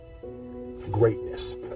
greatness